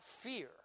fear